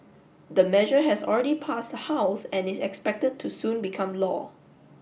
the measure has already passed the house and is expected to soon become law